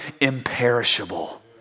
imperishable